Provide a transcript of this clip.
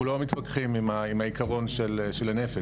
אנחנו לא מתווכים עם העיקרון של לנפש,